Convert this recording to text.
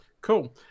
Cool